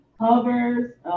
hovers